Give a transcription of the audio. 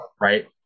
right